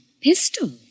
Pistol